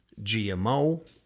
GMO